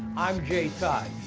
i'm j todd,